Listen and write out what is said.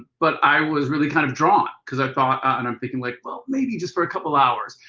but i was really kind of drawn. because i thought and i'm thinking like, well maybe just for a couple hours.